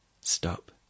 Stop